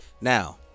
now